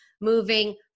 moving